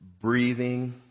breathing